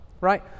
right